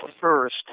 first